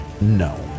No